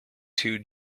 two